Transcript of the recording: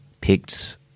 picked